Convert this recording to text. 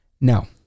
now